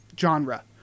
genre